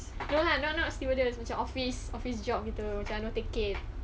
no lah not not stewardess macam office office job begitu macam you know ticket